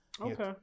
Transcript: Okay